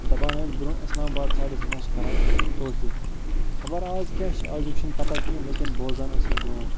دَپان ٲسۍ برٛونہہ اِسلام باد سایڈَس ہَسا چھِ کَران کٲشُر خبر آز کیٛاہ چھُ أزیُک چھِنہٕ پتہہ کیٚنٛہہ لیکن بوزان ٲسۍ أسۍ برونٹھ